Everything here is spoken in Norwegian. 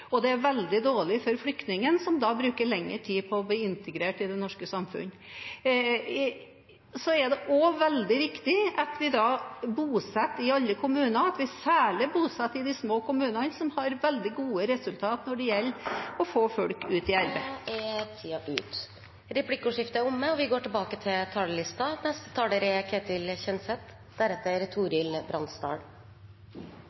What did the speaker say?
og det er veldig dårlig for flyktningen, som da bruker lengre tid på å bli integrert i det norske samfunnet. Så er det også veldig viktig at vi bosetter i alle kommuner, og at vi særlig bosetter i de små kommunene, som har veldig gode resultater når det gjelder å få folk ut i arbeid. Replikkordskiftet er omme. For knappe to år siden ble mottaksapparatet vårt satt på prøve. Flere enn noen gang tidligere søkte asyl i 2015, og